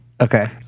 Okay